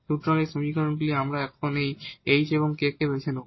সুতরাং এই সমীকরণগুলি আমরা এখন এই h এবং k কে বেছে নেব